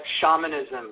shamanism